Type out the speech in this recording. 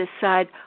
decide